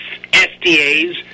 SDAs